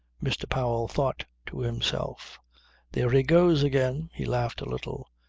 mr. powell thought to himself there he goes again. he laughed a little.